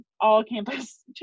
all-campus